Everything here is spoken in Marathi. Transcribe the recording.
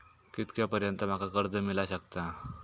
कितक्या पर्यंत माका कर्ज मिला शकता?